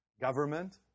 Government